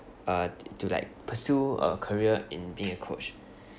uh to to like pursue a career in being a coach